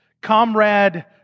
comrade